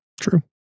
True